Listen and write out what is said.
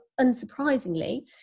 unsurprisingly